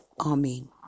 Amen